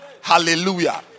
Hallelujah